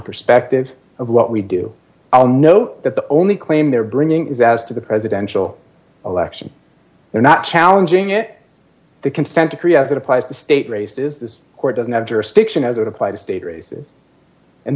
perspective of what we do all know that the only claim they're bringing is as to the presidential election they're not challenging it the consent decree as it applies to state races this court doesn't have jurisdiction as it applies to state races and